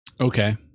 Okay